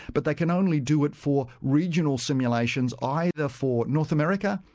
but they can only do it for regional simulations either for north america,